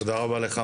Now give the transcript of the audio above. תודה רבה לך.